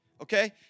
okay